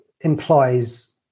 implies